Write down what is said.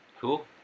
cool